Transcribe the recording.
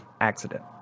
accident